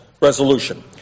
resolution